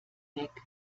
weg